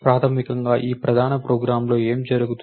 ప్రాథమికంగా ఈ ప్రధాన ప్రోగ్రామ్లో ఏమి జరుగుతుంది